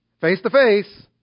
Face-to-face